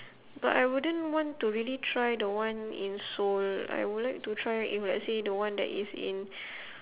but I wouldn't want to really try the one in seoul I would like to try if let's say the one that is in